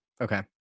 okay